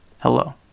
Hello